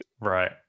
Right